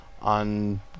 on